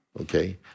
Okay